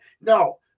No